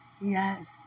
Yes